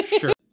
Sure